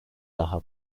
daha